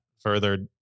Further